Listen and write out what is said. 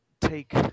take